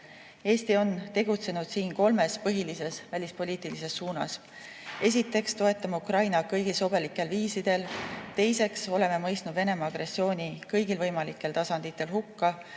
on tegutsenud siin kolmes põhilises välispoliitilises suunas. Esiteks, toetame Ukrainat kõigil sobilikel viisidel. Teiseks, oleme mõistnud Venemaa agressiooni kõigil võimalikel tasanditel hukka